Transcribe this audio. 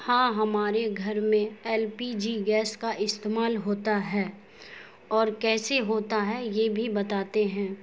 ہاں ہمارے گھر میں ایل پی جی گیس کا استعمال ہوتا ہے اور کیسے ہوتا ہے یہ بھی بتاتے ہیں